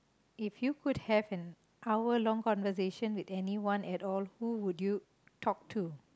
if you could have an hour long conversation with anyone at all who would you talk to